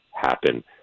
happen